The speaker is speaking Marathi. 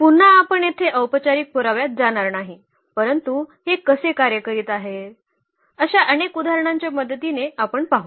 पुन्हा आपण येथे औपचारिक पुराव्यात जाणार नाही परंतु हे कसे कार्य करीत आह अशा अनेक उदाहरणांच्या मदतीने आपण पाहू